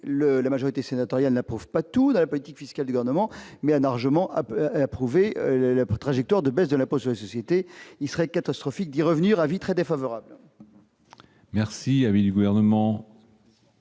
la majorité sénatoriale n'approuvent pas tous la politique fiscale gouvernement mais un art je m'elle prouvé la trajectoire de baisse de la Poste société il serait catastrophique, dit revenir avis très défavorables. Merci avait du gouvernement.